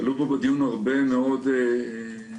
עלו פה בדיון הרבה מאוד נושאים,